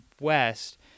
West